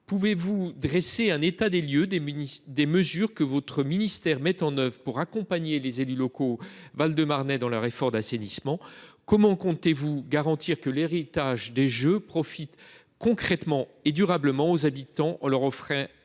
pouvez vous dresser un état des lieux des mesures que votre ministère met en œuvre pour accompagner les élus locaux val de marnais dans leurs efforts d’assainissement ? Comment comptez vous garantir que l’héritage des Jeux profite concrètement et durablement aux habitants en leur offrant un